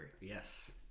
Yes